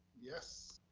yes.